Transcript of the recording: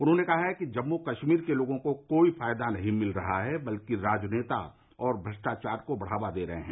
उन्होंने कहा कि जम्म कश्मीर के लोगों को कोई फायदा नहीं मिल रहा है बल्कि राजनेता वहां भ्रष्टाचार को बढ़ावा दे रहे हैं